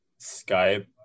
Skype